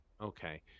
okay